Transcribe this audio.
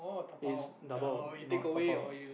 it's dabao not dabao